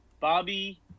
Bobby